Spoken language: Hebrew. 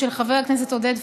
של חבר הכנסת עודד פורר,